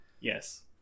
Yes